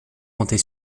montée